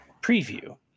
preview